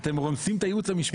אתם רומסים את הייעוץ המשפטי.